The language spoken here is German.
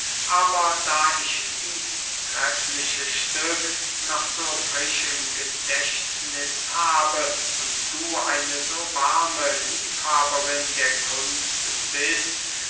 aber da ich dieß treffliche stück noch so frisch im gedächtniß habe und du eine so warme liebhaberin der kunst bist